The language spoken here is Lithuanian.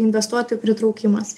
investuotojų pritraukimas